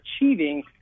achieving